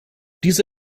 diese